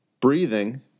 Breathing